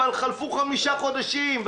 אבל חלפו חמישה חודשים,